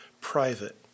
private